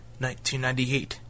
1998